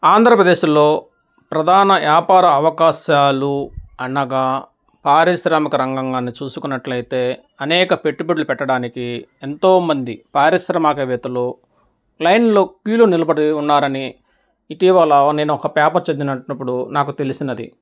ఆంధ్రప్రదేశ్లో ప్రధాన వ్యాపార అవకాశాలు అనగా పారిశ్రామిక రంగం కానీ చూసుకున్నట్లయితే అనేక పెట్టుబడులు పెట్టడానికి ఎంతోమంది పారిశ్రామిక వేత్తలు లైన్లో క్యూలో నిలబడి ఉన్నారని ఇటీవల వ నేను ఒక పేపర్ చదివేటప్పుడు నాకు తెలిసినది